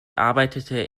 arbeitete